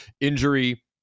injury